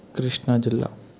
కృష్ణా జిల్లా